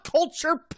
Culture